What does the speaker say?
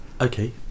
Okay